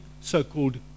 so-called